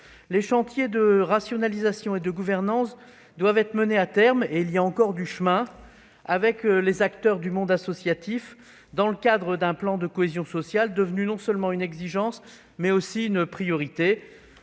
les chantiers de rationalisation et de gouvernance doivent être menés à terme, ce qui prendra du temps. Les acteurs du monde associatif ont un rôle à jouer dans le cadre d'un plan de cohésion sociale, devenu non seulement une exigence, mais aussi une priorité.